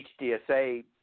HDSA